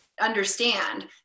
understand